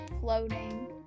floating